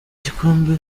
igikombe